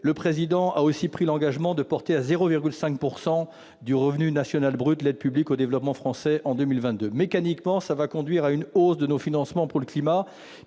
République a aussi pris l'engagement de porter à 0,5 % du revenu national brut l'aide publique au développement française en 2022. Mécaniquement, cela conduira à une hausse de nos financements pour le climat.